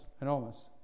enormous